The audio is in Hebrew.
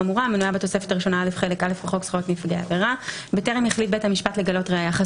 ואני אומר עוד פעם: יכול להיות שהדיון גם יתייתר כי נגיע למסקנה